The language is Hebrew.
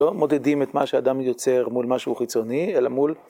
לא מודדים את מה שאדם יוצר מול משהו חיצוני, אלא מול.